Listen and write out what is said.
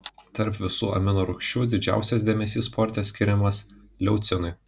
tarp visų amino rūgščių didžiausias dėmesys sporte skiriamas leucinui